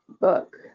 book